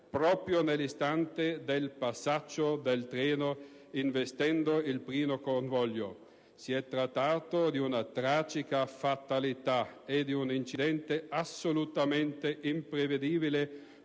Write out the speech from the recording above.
proprio nell'istante del passaggio del treno, investendo il primo convoglio. Si è trattato di una tragica fatalità e di un incidente assolutamente imprevedibile,